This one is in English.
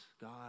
God